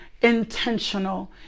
intentional